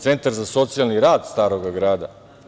Centar za socijalni rad Staroga grada.